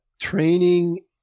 training